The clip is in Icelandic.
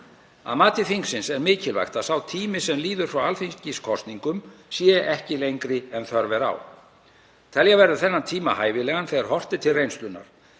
Að mati þingsins er mikilvægt að sá tími sem líður frá alþingiskosningum sé ekki lengri en þörf er á. Telja verður þennan tíma hæfilegan þegar horft er til reynslunnar